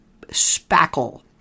spackle